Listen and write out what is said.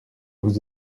vous